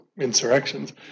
insurrections